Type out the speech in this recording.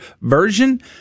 version